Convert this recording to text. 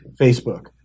Facebook